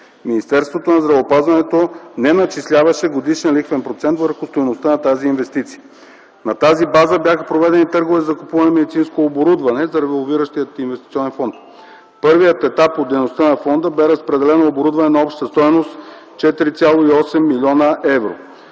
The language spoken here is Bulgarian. Министерството на здравеопазването не начисляваше годишен лихвен процент върху стойността на тази инвестиция. На тази база бяха проведени търгове за закупуване на медицинско оборудване за револвиращия инвестиционен фонд. В първия етап бе разпределено оборудване на обща стойност 4,8 млн. евро.